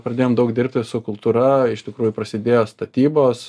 pradėjom daug dirbti su kultūra iš tikrųjų prasidėjo statybos